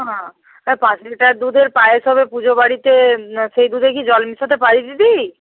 হ্যাঁ তা পাঁচ লিটার দুধের পায়েস হবে পুজো বাড়িতে সেই দুধে কি জল মেশাতে পারি দিদি